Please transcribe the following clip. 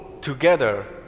together